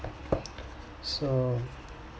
so